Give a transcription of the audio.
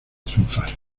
triunfar